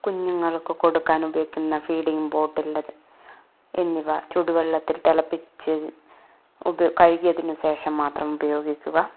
കുഞ്ഞുങ്ങള്ക്ക് കൊടുക്കാന് ഉപയോഗിക്കുന്ന ഫീഡിംഗ് ബോട്ടിൽ അത് എന്നിവ ചൂടുവെള്ളത്തില് തിളപ്പിച്ച് കഴുകിയതിനു ശേഷം മാത്രം ഉപയോഗിക്കുക